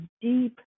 deep